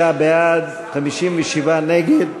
59 בעד, 57 נגד.